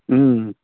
ह्म्म